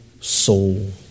soul